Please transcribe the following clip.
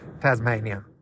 Tasmania